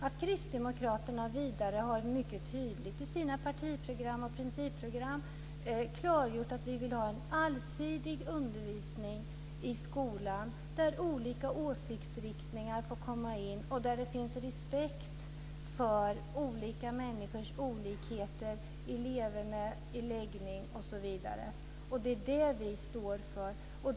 Vi kristdemokrater har vidare mycket tydligt i våra partiprogram och principprogram klargjort att vi vill ha en allsidig undervisning i skolan där olika åsiktsriktningar får komma in och där det finns respekt för människors olikheter när det gäller leverne, läggning osv. Det är det som vi står för.